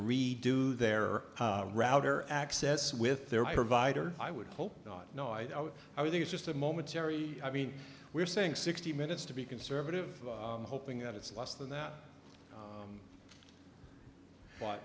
redo their router access with their provider i would hope not no i would i think it's just a momentary i mean we're saying sixty minutes to be conservative hoping that it's less than that